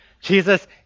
Jesus